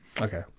okay